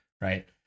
right